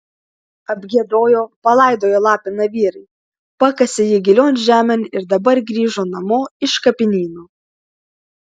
apgiedojo palaidojo lapiną vyrai pakasė jį gilion žemėn ir dabar grįžo namo iš kapinyno